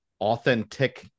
authentic